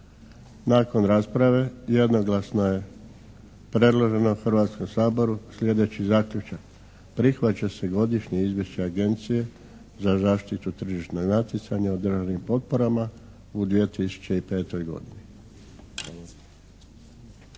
Nakon rasprave jednoglasno je predloženo Hrvatskom saboru slijedeći zaključak. Prihvaća se Godišnje izvješće Agencije za zaštitu tržišnog natjecanja u državnim potporama u 2005. godini.